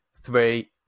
three